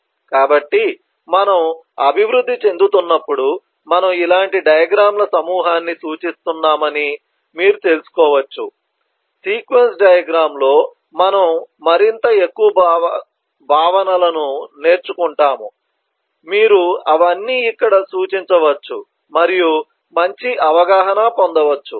కాబట్టి మనము అభివృద్ధి చెందుతున్నప్పుడు మనము ఇలాంటి డయాగ్రమ్ ల సమూహాన్ని సూచిస్తున్నామని మీరు తెలుసుకోవచ్చు సీక్వెన్స్ డయాగ్రమ్ లో మనము మరింత ఎక్కువ భావనలను నేర్చుకుంటాము కాబట్టి మీరు అవన్నీ ఇక్కడ సూచించవచ్చు మరియు మంచి అవగాహన పొందవచ్చు